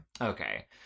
Okay